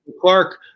Clark